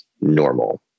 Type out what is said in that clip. normal